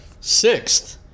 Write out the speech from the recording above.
Sixth